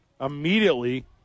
immediately